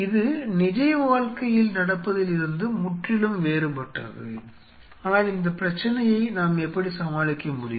இது நிஜ வாழ்க்கையில் நடப்பதில் இருந்து முற்றிலும் வேறுபட்டது ஆனால் இந்த பிரச்சனையை நாம் எப்படி சமாளிக்க முடியும்